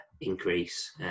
increase